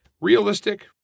Realistic